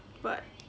what